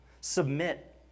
submit